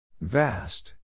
Vast